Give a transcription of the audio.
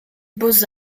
beaux